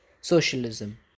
socialism